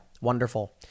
wonderful